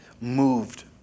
moved